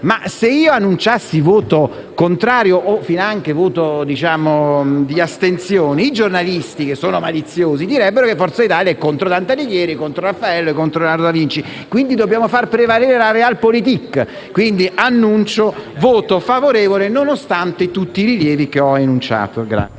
Ma se dichiarassi un voto contrario o finanche un voto di astensione, i giornalisti, che sono maliziosi, direbbero che Forza Italia è contro Dante Alighieri, contro Raffaello e contro Leonardo da Vinci. Quindi, dobbiamo far prevalere la *Realpolitik*. Per questo motivo, dichiaro il nostro voto favorevole nonostante tutti i rilievi che ho enunciato.